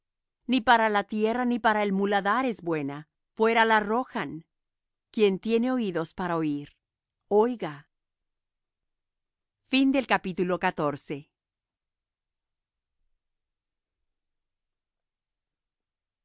ni para la tierra ni para el muladar es buena fuera la arrojan quien tiene oídos para oir oiga y